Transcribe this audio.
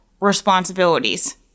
responsibilities